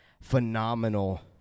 Phenomenal